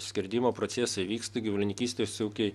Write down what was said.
skerdimo procesai vyksta gyvulininkystės ūkiai